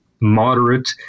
moderate